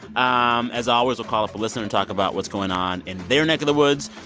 um as always, we'll call up a listener and talk about what's going on in their neck of the woods.